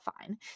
fine